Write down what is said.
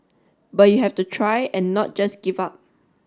but you have to try and not just give up